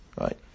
Right